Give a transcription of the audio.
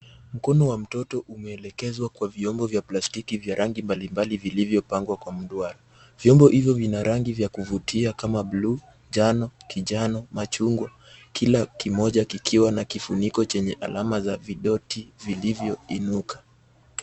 Mkono wa mtoto umeelekezwa kwa vyombo vya plastiki vya rangi mbalimbali vilivyopangwa kwa mduara. Vyombo hivyo vina rangi ya kuvutia kama buluu, njano, kijano, machungwa, kila kimoja kikiwa na kifuniko chenye alama za vidoti vilivyoinuka.